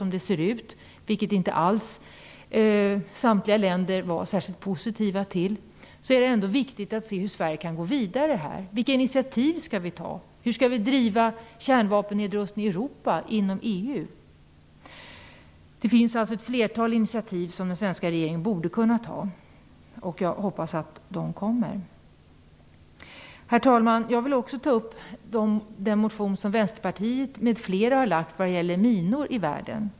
Samtliga länder var inte alls särskilt positiva till det. Det är ändå viktigt att se hur Sverige kan gå vidare. Vilka initiativ skall vi ta? Hur skall vi driva frågan om kärnvapennedrustning i Europa inom EU? Den svenska regeringen borde kunna ta ett flertal initiativ. Jag hoppas att de kommer. Herr talman! Jag vill också ta upp den motion som Vänsterpartiet m.fl. har väckt vad gäller minor i världen.